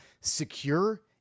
secure